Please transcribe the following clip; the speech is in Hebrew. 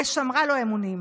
ושמרה לו אמונים,